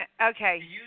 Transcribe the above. Okay